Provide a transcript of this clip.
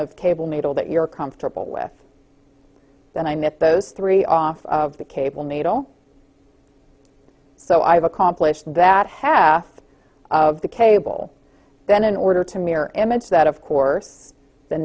of cable needle that you're comfortable with then i met those three off of the cable needle so i've accomplished that half of the cable then in order to mirror image that of course the